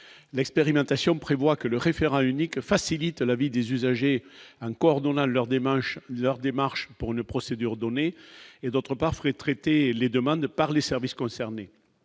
l'expérimentation prévoit que le référent unique facilite la vie des usagers un cordon là leur démarche, leur démarche pour une procédure donner et, d'autre part, fruit traiter les demandes par les services concernés,